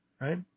right